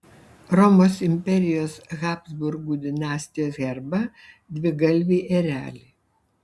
romos imperijos habsburgų dinastijos herbą dvigalvį erelį